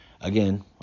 again